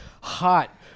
hot